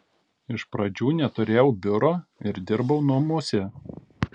iš pradžių neturėjau biuro ir dirbau namuose